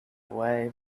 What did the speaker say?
away